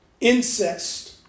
incest